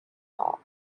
hall